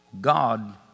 God